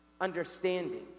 understanding